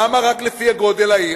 למה רק לפי גודל העיר?